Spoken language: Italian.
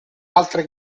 altre